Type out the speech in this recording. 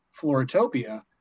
Floritopia